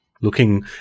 looking